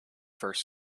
first